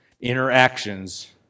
interactions